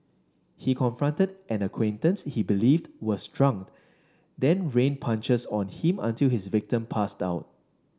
he confronted an acquaintance he believed was drunk then rained punches on him until his victim passed out